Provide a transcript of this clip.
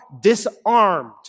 disarmed